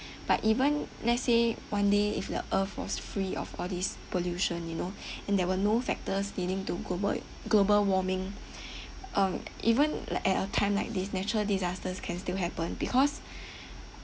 but even let's say one day if the earth was free of all these pollution you know and there were no factors leading to global global warming um even like at a time like this natural disasters can still happen because